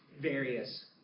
various